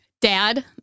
Dad